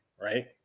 right